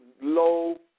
low